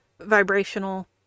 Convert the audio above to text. vibrational